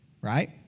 right